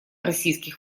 российских